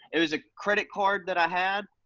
it was a credit card that i had.